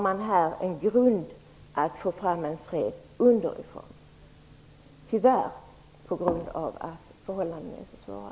Det är tyvärr så, på grund av att förhållandena är så svåra.